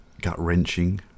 gut-wrenching